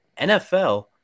NFL